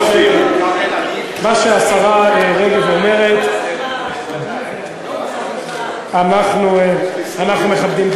מה שהשרה רגב אומרת אנחנו מכבדים.